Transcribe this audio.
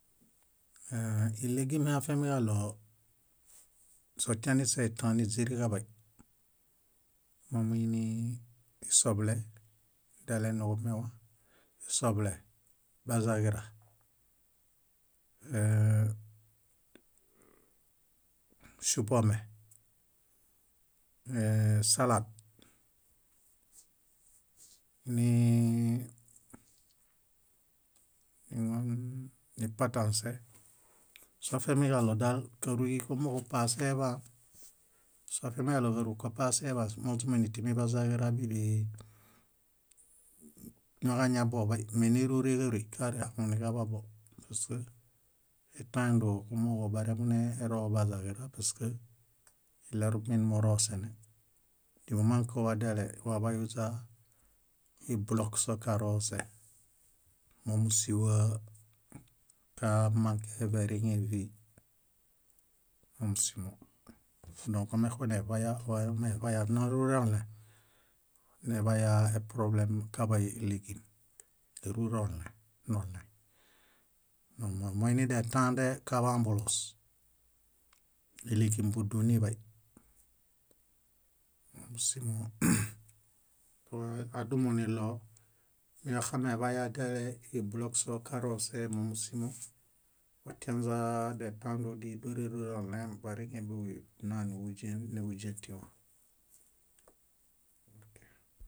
. Ilegimihe afiamiġaɭo sotianeśetã níźiriġaḃay, momiini: isoḃile daleniġumewa isoḃile, bazaġira, áa- ŝúpome, ee- salat, nii- nii- nipatãse, soafiamiġaɭodal káruy muġupaseḃaan soafiamiġaɭo káruy kupaseḃaan moźuinitimi bazaġira bíḃi ñoġañaḃoḃay me nérureġaruy karehaŋuniġaḃabo paske etãe dóo kumooġo baremunero bazaġira paske iɭerumin murosene dumomãk wadelewaḃayuźa iblok sokarose mómusiwa kamãke veriŋe víi, mómusimo. Dõk wamexuneḃaya, wameḃaya nérure oɭẽ, neḃaya eproblem ilegim, nérure oɭẽ, noɭẽ. Nonomoinidetãde kaḃãbuloos, ilegim búdun niḃay. Mómusimo problem adumoniɭo miwaxameḃaya dele iblok sokarose mómusimo watianźa detã dódi dóreruoɭẽ bariŋe bíḃo nna núḃuźẽ núḃuźẽtiwa.